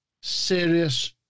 serious